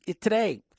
today